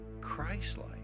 Christ-like